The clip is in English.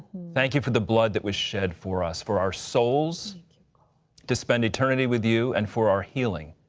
thank you for the blood that was shed for us, for our souls to spend eternity with you and for our healing.